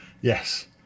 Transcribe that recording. yes